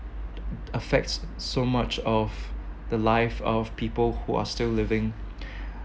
affects so much of the life of people who are still living